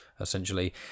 essentially